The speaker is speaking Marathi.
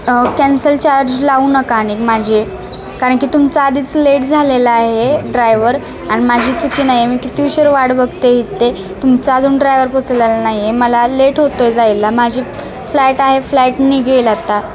कॅन्सल चार्ज लावू नका आणि माझे कारण की तुमचा आधीच लेट झालेला आहे ड्रायवर आणि माझी चूक नाही आहे मी की उशीर वाट बघते इथे तुमचा अजून ड्रायवर पोचवलेला नाही आहे मला लेट होतो आहे जायला माझी फ्लाईट आहे फ्लाईट निघेल आता